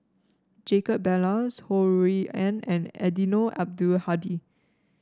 Jacob Ballas Ho Rui An and Eddino Abdul Hadi